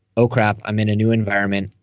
oh, crap. i'm in a new environment.